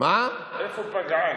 איפה פגעה?